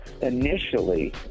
Initially